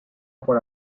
por